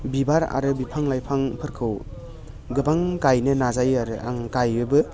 बिबार आरो बिफां लाइफांफोरखौ गोबां गायनो नाजायो आरो आं गायोबो